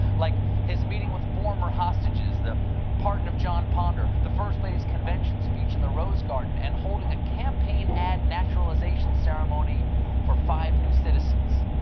like his meeting with former hostages, the pardon of jond ponder, the first lady's convention speech in the rose garden and holding a campaign ad naturalization ceremony for five new citizens.